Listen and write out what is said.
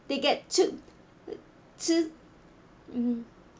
they get two two mm